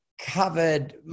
covered